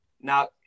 Now